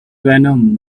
venom